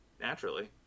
Naturally